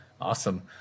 Awesome